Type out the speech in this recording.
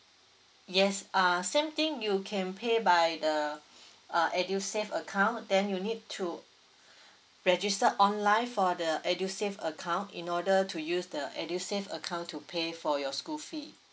yes uh same thing you can pay by the uh edusave account then you need to register online for the edusave account in order to use the edusave account to pay for your school fees